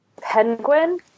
Penguin